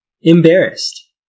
Embarrassed